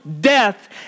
death